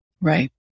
Right